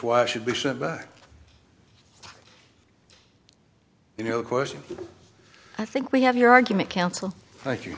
wife should be sent back you know question i think we have your argument counsel thank you